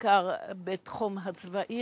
בעיקר בתחום הצבאי,